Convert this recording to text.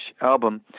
album